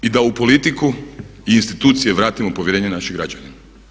I da u politiku i institucije vratimo povjerenje naših građana.